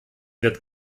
wird